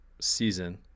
season